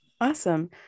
Awesome